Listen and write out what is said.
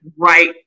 right